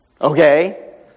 Okay